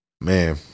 man